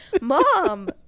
Mom